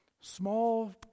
small